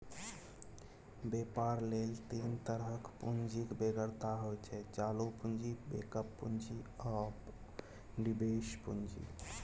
बेपार लेल तीन तरहक पुंजीक बेगरता होइ छै चालु पुंजी, बैकअप पुंजी आ निबेश पुंजी